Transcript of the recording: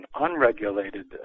unregulated